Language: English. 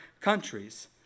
countries